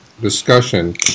discussion